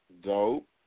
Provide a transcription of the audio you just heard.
Dope